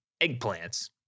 eggplants